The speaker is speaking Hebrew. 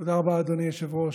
רבה, אדוני היושב-ראש.